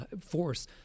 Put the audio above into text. force